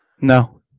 No